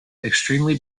extremely